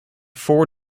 four